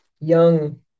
young